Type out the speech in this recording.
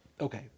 Okay